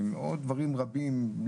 ועוד רבים דברים.